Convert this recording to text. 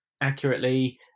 accurately